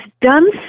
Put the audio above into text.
done